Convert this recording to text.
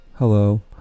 Hello